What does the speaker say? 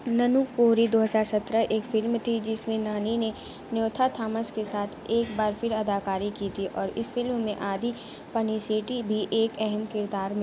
ننو کوری دوہزار سترہ ایک فلم تھی جس میں نانی نے نیوتھا تھامس کے ساتھ ایک بار پھر اداکاری کی تھی اور اس فلم میں آدھی پنیسیٹی بھی ایک اہم کردار میں